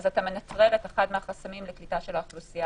ואז אתה מנטרל את אחד החסמים לקליטה של האוכלוסייה